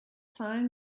zahlen